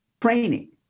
training